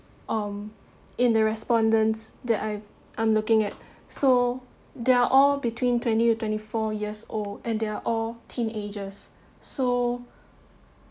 um in the respondents that I I'm looking at so they're all between twenty and twenty four years old and they're all teenagers so